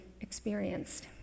experienced